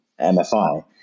MFI